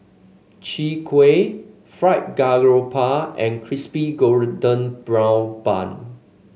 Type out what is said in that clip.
Chwee Kueh Fried Garoupa and Crispy Golden Brown Bun